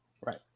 Right